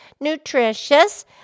nutritious